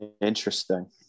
Interesting